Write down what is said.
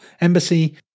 embassy